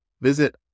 Visit